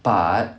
but